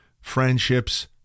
friendships